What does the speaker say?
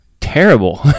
terrible